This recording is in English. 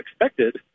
expected